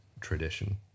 tradition